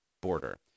border